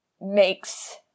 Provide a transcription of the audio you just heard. makes